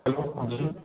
hello हाँ जी